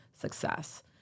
success